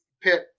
pick